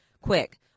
quick